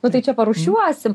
nu tai čia parūšiuosim